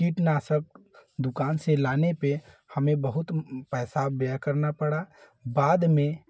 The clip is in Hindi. कीट नाशक दुकान से लाने पे हमें बहुत पैसा व्यय करना पड़ा बाद में